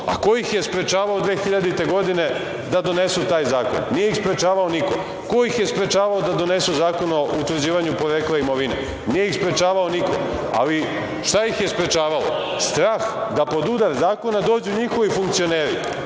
Ko ih je sprečavao 2000. godine da donesu taj zakon? Nije ih sprečavao niko. Ko ih je sprečavao da donesu zakon o u utvrđivanju porekla imovine? Nije ih sprečavao niko. Ali šta ih je sprečavalo? Strah da pod udar zakona dođu njihovi funkcioneri,